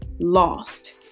lost